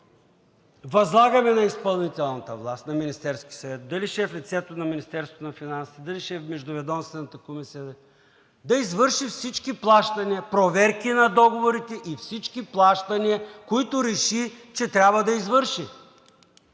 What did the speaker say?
Възлагаме на изпълнителната власт – на Министерския съвет, дали ще е в лицето на Министерството на финансите, дали ще е в междуведомствената комисия – да извърши всички плащания, проверки на договорите и всички плащания, които реши, че трябва да извърши.